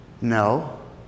No